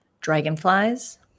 Dragonflies